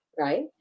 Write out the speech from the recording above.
Right